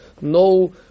no